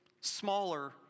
Smaller